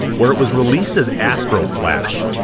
where it was released as astro flash.